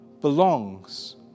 belongs